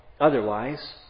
Otherwise